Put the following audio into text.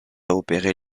opérer